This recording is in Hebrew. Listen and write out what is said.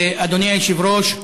אדוני היושב-ראש,